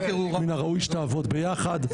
מן הראוי שתעבוד ביחד.